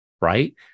Right